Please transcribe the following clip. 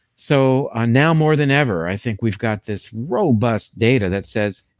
so ah now more than ever i think we've got this robust data that says,